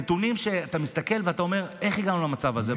נתונים שאתה מסתכל ואתה אומר: איך הגענו למצב הזה?